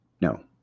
no